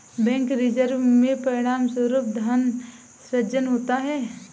bank reserve के परिणामस्वरूप धन सृजन होता है